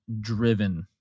driven